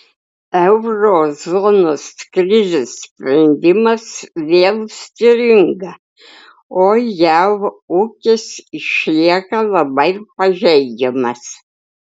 euro zonos krizės sprendimas vėl stringa o jav ūkis išlieka labai pažeidžiamas